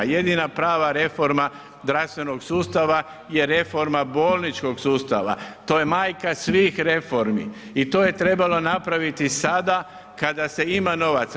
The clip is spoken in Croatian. Jedina prava reforma zdravstvenog sustava je reforma bolničkog sustava, to je majka svih reformi i to je trebalo napraviti sada kada se ima novaca.